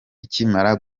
ikimara